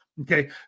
Okay